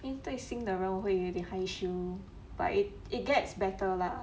应对新的人我会有点害羞 but it it gets better lah